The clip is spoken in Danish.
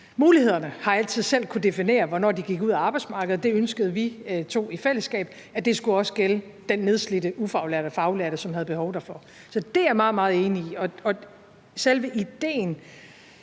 mulighederne, altid selv har kunnet definere, hvornår de gik ud af arbejdsmarkedet, og det ønskede vi to i fællesskab også skulle gælde for den nedslidte ufaglærte/faglærte, som har behov derfor. Så det er jeg meget, meget enig i. Selve idéen